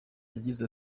yagize